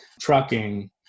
trucking